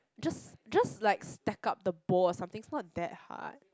just just like stack up the bowl or something it's not that hard